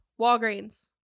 Walgreens